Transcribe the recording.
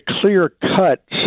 clear-cut